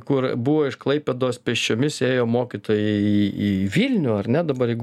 kur buvo iš klaipėdos pėsčiomis ėjo mokytojai į į į vilnių ar ne dabar jeigu